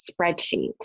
spreadsheet